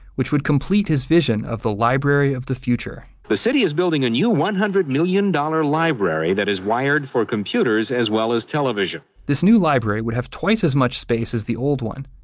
which would complete his vision of the library of the future the city is building a new one hundred million dollars library that is wired for computers as well as television this new library would have twice as much space as the old one,